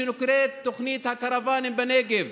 שנקראת "תוכנית הקרוואנים בנגב",